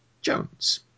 Jones